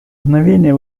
мгновение